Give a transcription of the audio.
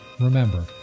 Remember